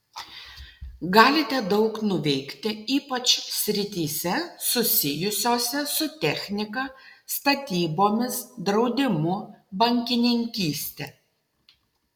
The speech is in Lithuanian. galite daug nuveikti ypač srityse susijusiose su technika statybomis draudimu bankininkyste